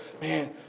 man